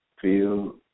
feel